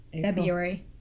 February